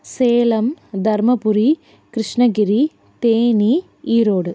Salem Dharmapuri Krishnagiri Theni Erode